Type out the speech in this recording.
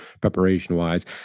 preparation-wise